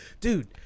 Dude